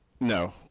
No